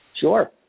Sure